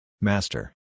Master